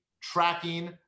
tracking